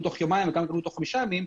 תוך יומיים וכמה יקבלו תוך חמישה ימים.